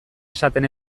esaten